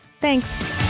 Thanks